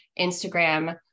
Instagram